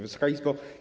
Wysoka Izbo!